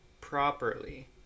properly